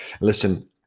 Listen